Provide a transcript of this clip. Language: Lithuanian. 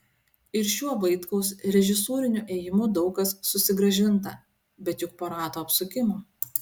ir šiuo vaitkaus režisūriniu ėjimu daug kas susigrąžinta bet juk po rato apsukimo